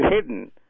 hidden